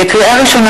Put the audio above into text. לקריאה ראשונה,